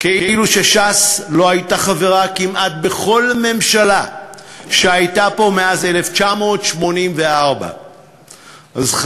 כאילו ש"ס לא הייתה חברה כמעט בכל ממשלה שהייתה פה מאז 1984. אז,